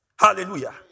Hallelujah